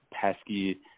pesky